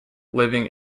living